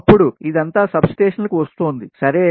అప్పుడు ఇదంతా సబ్ స్టేషన్లకు వస్తోంది సరే